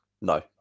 No